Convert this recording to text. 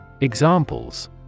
Examples